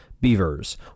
Beavers